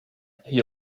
had